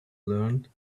learned